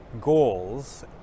goals